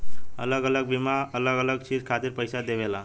अलग अलग बीमा अलग अलग चीज खातिर पईसा देवेला